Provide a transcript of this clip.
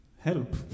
help